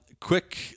Quick